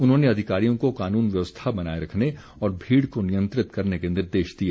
उन्होंने अधिकारियों को कानून व्यवस्था बनाए रखने और भीड़ को नियंत्रित करने के निर्देश दिए